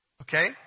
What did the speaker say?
Okay